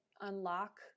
unlock